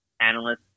analysts